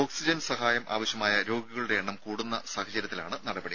oxygen സഹായം ആവശ്യമായ രോഗികളുടെ എണ്ണം കൂടുന്ന സാഹചര്യത്തിലാണ് നടപടി